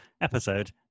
episode